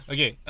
Okay